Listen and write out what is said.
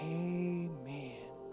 amen